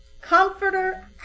comforter